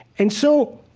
and so,